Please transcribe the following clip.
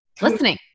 listening